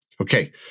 Okay